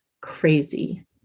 crazy